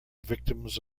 victims